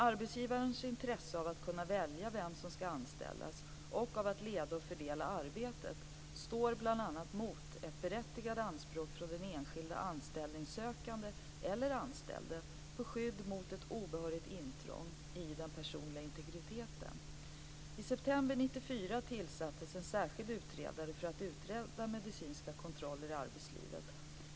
Arbetsgivarens intresse av att kunna välja vem som skall anställas och av att leda och fördela arbetet står bl.a. mot ett berättigat anspråk från den enskilde anställningssökande eller anställde på skydd mot ett obehörigt intrång i den personliga integriteten. I september 1994 tillsattes en särskild utredare för att utreda medicinska kontroller i arbetslivet.